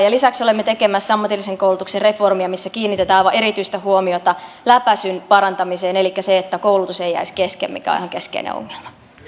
lisäksi olemme tekemässä ammatillisen koulutuksen reformia missä kiinnitetään aivan erityistä huomiota läpäisyn parantamiseen elikkä siihen että koulutus ei jäisi kesken mikä on ihan keskeinen ongelma